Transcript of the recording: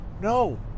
no